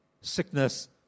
sickness